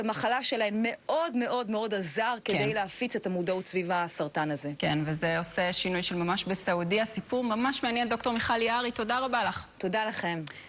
ומחלה שלהן מאוד מאוד מאוד עזר כדי להפיץ את המודעות סביב הסרטן הזה. כן, וזה עושה שינוי של ממש בסעודיה. סיפור ממש מעניין, דוקטור מיכל יערי, תודה רבה לך. תודה לכם.